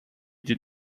did